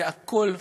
זה הכול פיקציה,